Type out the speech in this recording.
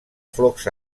flocs